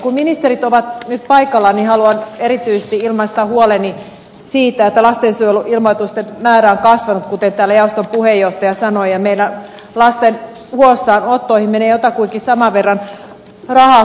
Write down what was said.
kun ministerit ovat nyt paikalla haluan erityisesti ilmaista huoleni siitä että lastensuojeluilmoitusten määrä on kasvanut kuten täällä jaoston puheenjohtaja sanoi ja meillä lasten huostaanottoihin menee jotakuinkin saman verran rahaa kuin lukiokoulutukseen